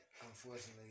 unfortunately